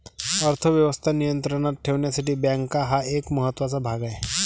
अर्थ व्यवस्था नियंत्रणात ठेवण्यासाठी बँका हा एक महत्त्वाचा भाग आहे